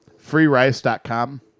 freerice.com